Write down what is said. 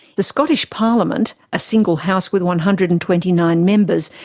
the scottish parliament, a single house with one hundred and twenty nine members,